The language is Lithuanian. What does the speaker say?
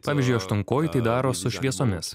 pavyzdžiui aštuonkojai tai daro su šviesomis